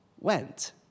went